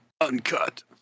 Uncut